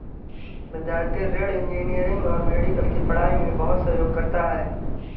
विद्यार्थी ऋण इंजीनियरिंग और मेडिकल की पढ़ाई में बहुत सहयोग करता है